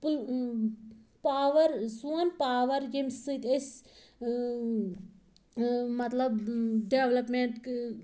پُل power سون power ییٚمہِ سۭتۍ أسۍ مطلب ڈیولپمٮ۪نٛٹ